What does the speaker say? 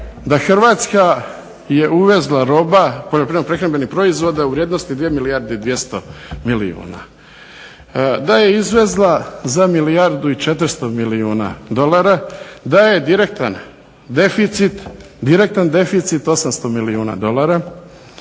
da Hrvatska je uvezla roba, poljoprivredno-prehrambenih proizvoda u vrijednosti 2 milijarde i 200 milijuna, da je izvezla za milijardu i 400 milijuna dolara, da je direktan deficit 800 milijuna dolara.